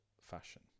fashion